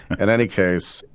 and any case,